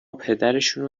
پدرشونو